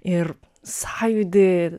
ir sąjūdį